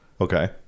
Okay